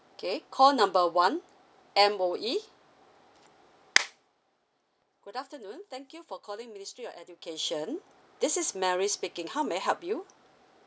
okay call number one M_O_E good afternoon thank you for calling ministry of education this is mary speaking how may I help you